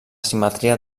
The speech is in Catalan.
simetria